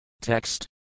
Text